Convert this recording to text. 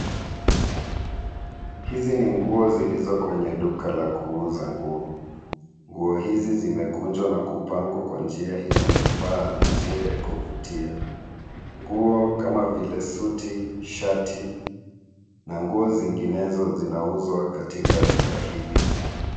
Hizi ni nguo zilizo kwenye duka la kuuza nguo. Nguo hizi zimekunjwa na kupangwa kwa njia inayofaa na njia ya kuvutia. Nguo kama vile suti, shati na nguo zinginezo zinauzwa katika duka hili.